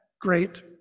great